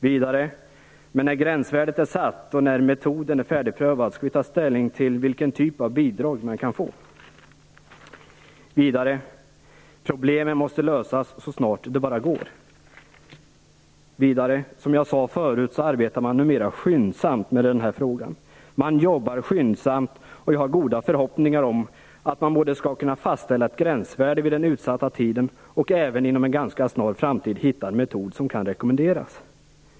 Vidare säger jordbruksministern: När gränsvärdet är satt och när metoden är färdigprövad skall vi ta ställning till vilken typ av bidrag man kan få. Vidare: Problemen måste lösas så snart det bara går. Som jag sade förut arbetar man numera skyndsamt med den här frågan. Man jobbar skyndsamt, och jag har goda förhoppningar om att man både skall kunna fastställa ett gränsvärde vid den utsatta tiden och även inom en ganska snar framtid hitta en metod som kan rekommenderas.